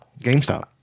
GameStop